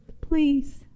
please